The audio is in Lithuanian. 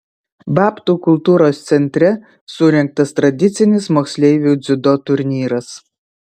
babtų kultūros centre surengtas tradicinis moksleivių dziudo turnyras